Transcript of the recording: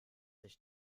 sich